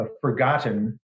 Forgotten